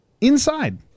inside